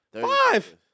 five